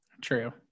true